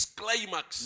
climax